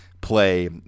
play